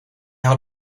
had